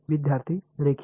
विद्यार्थीः रेखीय